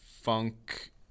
funk